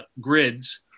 grids